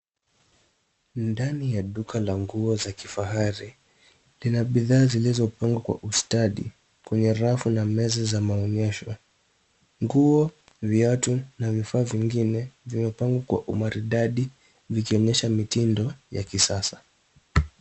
Ndani ya duka la nguo za kifahari , lina bidhaa zilizopangwa kwa ustadi kwenye rafu na meza za maonyesho nguo, viatu na vifaa vingine vimepangwa kwa umaridadi vikionyesha mitindo ya kisasa.